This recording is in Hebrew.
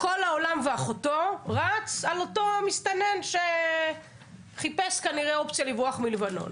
כל העולם ואחותו רץ על אותו מסתנן שחיפש כנראה אופציה לברוח בלבנון.